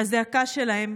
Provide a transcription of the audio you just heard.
הזעקה שלהם,